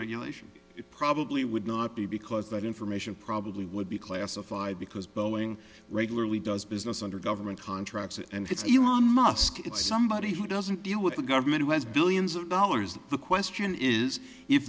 regulation it probably would not be because that information probably would be classified because boeing regularly does business under government contracts and it's human muskett somebody who doesn't deal with the government who has billions of dollars and the question is if